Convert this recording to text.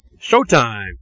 Showtime